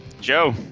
Joe